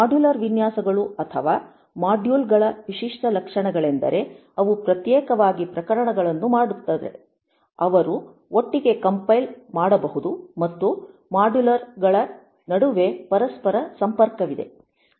modular ವಿನ್ಯಾಸಗಳು ಅಥವಾ module ಗಳ ವಿಶಿಷ್ಟ ಲಕ್ಷಣಗಳೆಂದರೆ ಅವು ಪ್ರತ್ಯೇಕವಾಗಿ ಪ್ರಕರಣಗಳನ್ನು ಮಾಡುತ್ತಾರೆ ಅವರು ಒಟ್ಟಿಗೆ ಕಂಪೈಲ್ ಮಾಡಬಹುದು ಮತ್ತು ಮಾಡ್ಯುಲ್ ಗಳ ನಡುವೆ ಪರಸ್ಪರ ಸಂಪರ್ಕವಿದೆ